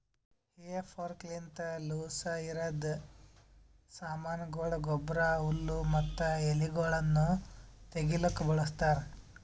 ಹೇ ಫೋರ್ಕ್ಲಿಂತ ಲೂಸಇರದ್ ಸಾಮಾನಗೊಳ, ಗೊಬ್ಬರ, ಹುಲ್ಲು ಮತ್ತ ಎಲಿಗೊಳನ್ನು ತೆಗಿಲುಕ ಬಳಸ್ತಾರ್